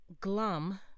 Glum